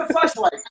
flashlight